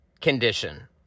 condition